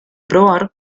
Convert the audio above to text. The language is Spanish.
probar